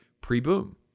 pre-boom